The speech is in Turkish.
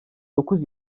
dokuz